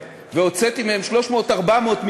וראיתי שיש חזרה לאחור אז הנחיתי לאחרונה,